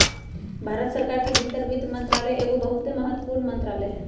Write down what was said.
भारत सरकार के भीतर वित्त मंत्रालय एगो बहुते महत्वपूर्ण मंत्रालय हइ